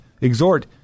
exhort